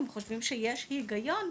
הם חושבים שיש הגיון,